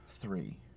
three